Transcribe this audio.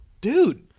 dude